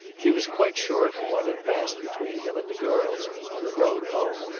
he was quite sure from what had passed between him and the girls, on the road home,